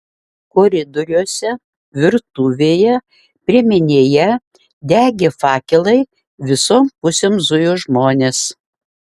koridoriuose virtuvėje priemenėje degė fakelai visom pusėm zujo žmonės